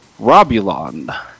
Robulon